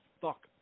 fuck